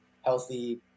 healthy